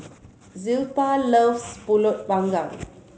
Zilpha loves Pulut Panggang